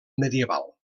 medieval